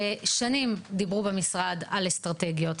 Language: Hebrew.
שנים דיברו במשרד על אסטרטגיות,